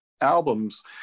albums